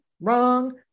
wrong